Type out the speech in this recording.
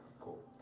cool